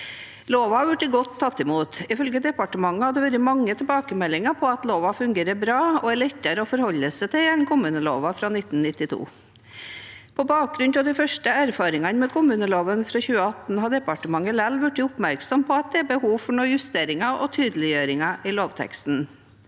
Loven har blitt tatt godt imot. Ifølge departementet har det vært mange tilbakemeldinger på at loven fungerer bra og er lettere å forholde seg til enn kommuneloven fra 1992. På bakgrunn av de første erfaringene med kommuneloven fra 2018 har departementet likevel blitt oppmerksom på at det er behov for noen justeringer og tydeliggjøringer i lovteksten.